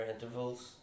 intervals